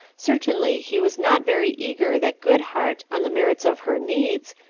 certainly he was not very eager that goodhart, on the merits of her needs,